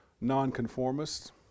nonconformists